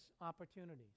opportunities